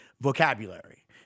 vocabulary